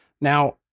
Now